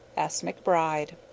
s. mcbride.